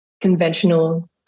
conventional